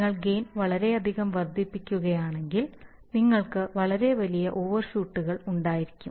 നിങ്ങൾ ഗെയിൻ വളരെയധികം വർദ്ധിപ്പിക്കുകയാണെങ്കിൽ നിങ്ങൾക്ക് വളരെ വലിയ ഓവർഷൂട്ടുകൾ ഉണ്ടായിരിക്കും